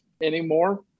anymore